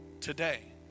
today